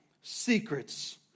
secrets